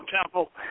temple